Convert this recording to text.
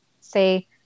say